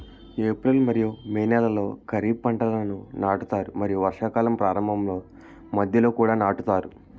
April మరియు May నెలలో ఖరీఫ్ పంటలను నాటుతారు మరియు వర్షాకాలం ప్రారంభంలో మధ్యలో కూడా నాటుతారు